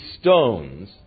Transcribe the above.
stones